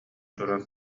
туран